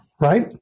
Right